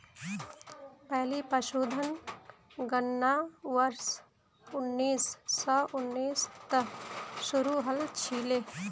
पहली पशुधन गणना वर्ष उन्नीस सौ उन्नीस त शुरू हल छिले